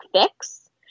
fix